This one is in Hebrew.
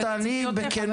לא, תעני בכנות.